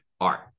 art